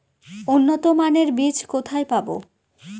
উন্নতমানের বীজ কোথায় পাব?